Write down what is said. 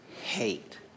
hate